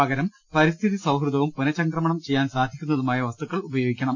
പകരം പരി സ്ഥിതി സൌഹൃദവും പുനഃചംക്രമണം ചെയ്യാൻ സാധിക്കുന്നതുമായ വസ്തുക്കൾ ഉപയോഗിക്കണം